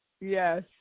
Yes